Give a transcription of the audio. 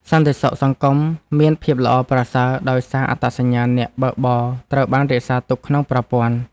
សន្តិសុខសង្គមមានភាពល្អប្រសើរ ដោយសារអត្តសញ្ញាណអ្នកបើកបរត្រូវបានរក្សាទុកក្នុងប្រព័ន្ធ។